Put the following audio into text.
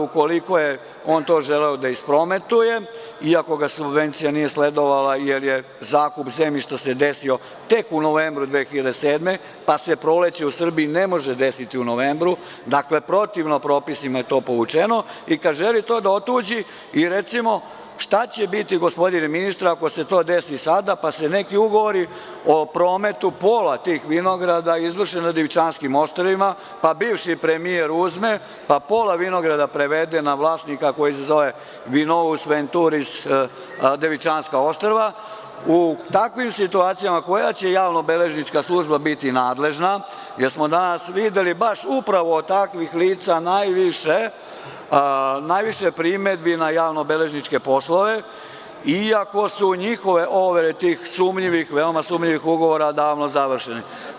Ukoliko je on to želeo da isprometuje iako ga subvenciija nije sledovala jer se zakup zemljišta desio tek u novembru 2007. godine pa se proleće u Srbiji ne može desiti u novembru, dakle protivno propisima je to povučeno i kada želi da to otuđi, recimo, šta će biti gospodine ministre, ako se to desi sada pa se neki ugovori o prometu pola tih vinograda izvrše na Devičanskim ostrvima, pa bivši premijer uzme i pola vinograda prevede na vlasnika koji se zove Vinous Venturis Devičanska ostrva, u takvim situacijama – koja će javno-beležnička služba biti nadležna, jer smo danas videli od takvih lica najviše primedbi na javno-beležničke poslove iako su njihove overe veoma sumnjivih ugovora davno završeni.